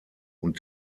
und